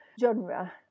genre